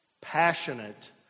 Passionate